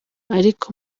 ariko